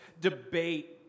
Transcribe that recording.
debate